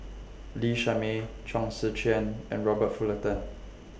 Lee Shermay Chong Tze Chien and Robert Fullerton